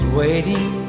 waiting